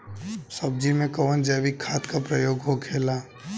सब्जी में कवन जैविक खाद का प्रयोग होखेला?